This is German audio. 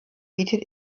bietet